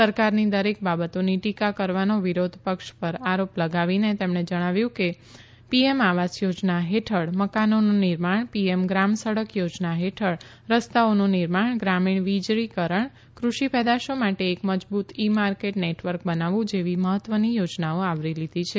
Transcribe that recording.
સરકારની દરેક બાબતોની ટીકા કરવાનો વિરોધપક્ષ પર આરોપ લગાવીને તેમણે જણાવ્યું કે પીએમ આવાસ યોજના હેઠળ મકાનોનું નિર્માણ પીએમ ગ્રામ સડક યોજના હેઠળ રસ્તાઓનું નિર્માણ ગ્રામીણ વીજળીકરણ કૃષિ પેદાશો માટે એક મજબુત ઇ માર્કેટ નેટવર્ક બનાવવું જેવી મહત્વની યોજનાઓ આવરી લીધી છે